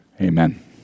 amen